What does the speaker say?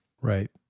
right